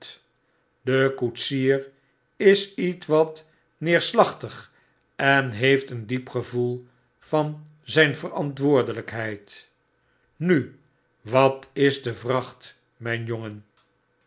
de koetsier is ietwat neerslachtig en heeft een diep gevoel van zyn verantwoordelykheid nu wat is de vracht myn jongen